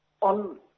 on